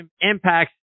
impacts